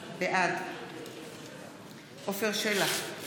בעד עפר שלח,